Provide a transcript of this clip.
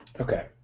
Okay